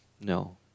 no